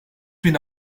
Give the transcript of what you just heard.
bin